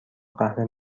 قهوه